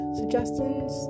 suggestions